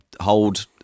hold –